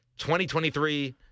2023